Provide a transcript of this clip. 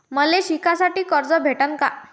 मले शिकासाठी कर्ज भेटन का?